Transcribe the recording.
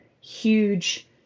huge